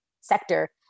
sector